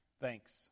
thanks